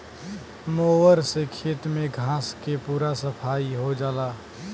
mower से खेत में घास के पूरा सफाई हो जाला